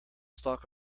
stalk